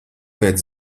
pēc